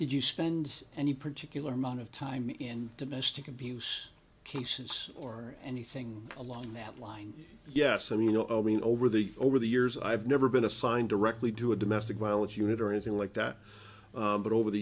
did you spend any particular moment of time in domestic abuse cases or anything along that line yes i mean you know i mean over the over the years i've never been assigned directly to a domestic violence unit or anything like that but over the